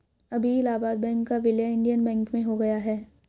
अभी इलाहाबाद बैंक का विलय इंडियन बैंक में हो गया है